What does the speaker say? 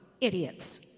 idiots